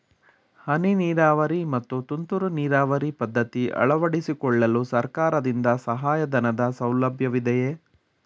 ಹನಿ ನೀರಾವರಿ ಮತ್ತು ತುಂತುರು ನೀರಾವರಿ ಪದ್ಧತಿ ಅಳವಡಿಸಿಕೊಳ್ಳಲು ಸರ್ಕಾರದಿಂದ ಸಹಾಯಧನದ ಸೌಲಭ್ಯವಿದೆಯೇ?